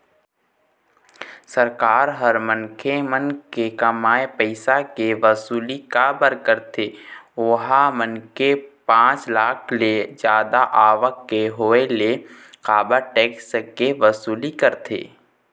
सरकार ह मनखे मन के कमाए पइसा के वसूली काबर कारथे ओहा मनखे के पाँच लाख ले जादा आवक के होय ले काबर टेक्स के वसूली करथे?